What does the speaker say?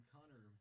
Connor